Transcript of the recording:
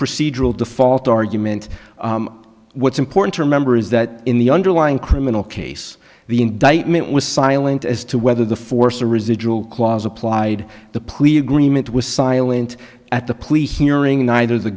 procedural default argument what's important to remember is that in the underlying criminal case the indictment was silent as to whether the force or residual clause applied the plea agreement was silent at the